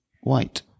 White